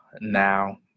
now